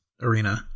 arena